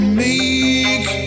make